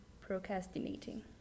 procrastinating